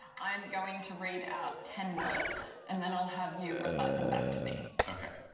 i'm going to read out ten words, and then i'll have you recite them back to me. okay.